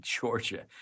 Georgia